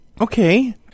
Okay